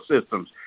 systems